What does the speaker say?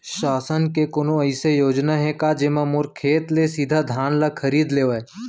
शासन के कोनो अइसे योजना हे का, जेमा मोर खेत ले सीधा धान खरीद लेवय?